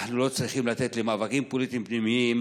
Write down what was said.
אנחנו לא צריכים לתת למאבקים פוליטיים פנימיים